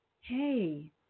hey